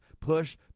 push